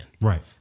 Right